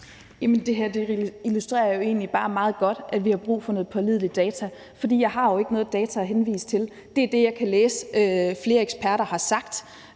Det her illustrerer jo egentlig bare meget godt, at vi har brug for noget pålidelig data, for jeg har jo ikke noget data at henvise til. Det er det, jeg kan læse at flere eksperter har sagt,